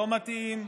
לא מתאים.